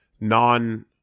non